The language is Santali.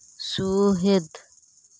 ᱥᱩᱦᱮᱫ